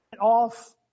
Off